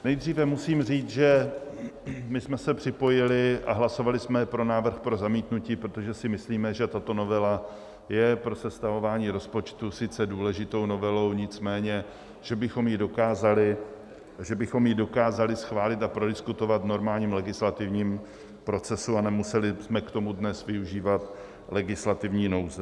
Nejdříve musím říct, že my jsme se připojili a hlasovali jsme pro návrh pro zamítnutí, protože si myslíme, že tato novela je pro sestavování rozpočtu sice důležitou novelou, nicméně že bychom ji dokázali schválit a prodiskutovat v normálním legislativním procesu a nemuseli jsme k tomu dnes využívat legislativní nouze.